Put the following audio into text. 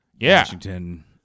Washington